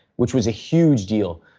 which was a huge deal.